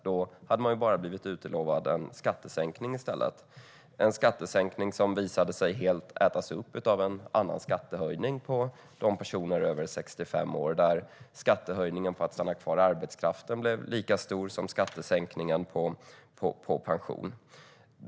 Då hade de bara utlovats en skattesänkning i stället, en skattesänkning som visade sig helt ätas upp av en skattehöjning för personer över 65 år, då skattehöjningen för dem som stannar kvar i arbetskraften blir lika stor som skattesänkningen på pension.